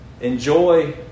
enjoy